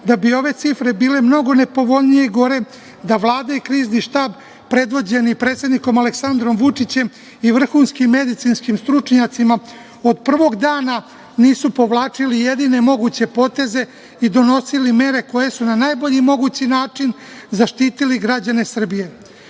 da bi ove cifre bile mnogo nepovoljnije i gore da Vlada i Krizni štab predvođeni predsednikom Aleksandrom Vučićem i vrhunskim medicinskim stručnjacima od prvog dana nisu povlačili jedine moguće poteze i donosili mere koje su na najbolji mogući način zaštitili građane Srbije. Često